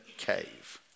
cave